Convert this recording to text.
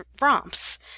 romps